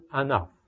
enough